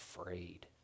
afraid